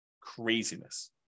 Craziness